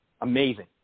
Amazing